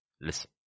Listen